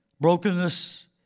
brokenness